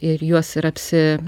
ir juos ir apsi